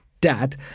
dad